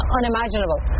unimaginable